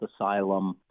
asylum